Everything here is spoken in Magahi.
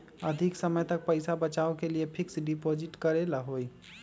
अधिक समय तक पईसा बचाव के लिए फिक्स डिपॉजिट करेला होयई?